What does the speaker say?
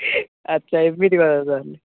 ଆଚ୍ଛା ଏମିତି କଥା ତାହାଲେ